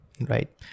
right